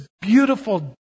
beautiful